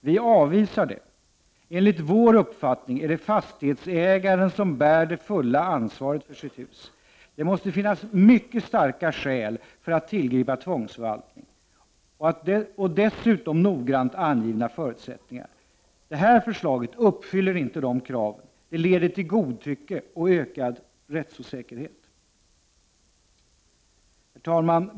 Vi avvisar det förslaget. Enligt vår uppfattning är det fastighetsägaren som bär det fulla ansvaret för sitt hus. Det måste finnas mycket starka skäl för att tillgripa tvångsförvaltning och dessutom noggrant angivna förutsättningar. Det här förslaget uppfyller inte dessa krav. Det leder till godtycke och ökad rättsosäkerhet. Herr talman!